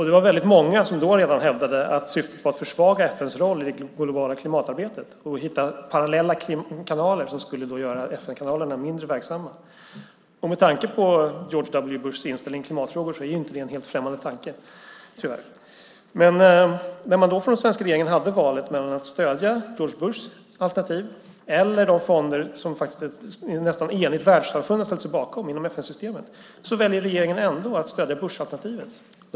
Det var väldigt många som redan då hävdade att syftet var att försvaga FN:s roll i det globala klimatarbetet och hitta parallella kanaler som skulle göra FN-kanalerna mindre verksamma. Med tanke på George W. Bushs inställning i klimatfrågor är det tyvärr inte en helt främmande tanke. När man då från den svenska regeringen hade valet mellan att stödja George W. Bushs alternativ eller de fonder som faktiskt ett nästan enigt världssamfund har ställt sig bakom inom FN-systemet väljer regeringen ändå att stödja Bushalternativet.